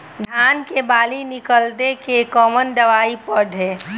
धान के बाली निकलते के कवन दवाई पढ़े?